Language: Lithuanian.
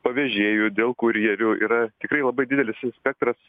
pavėžėjų dėl kurjerių yra tikrai labai didelis spektras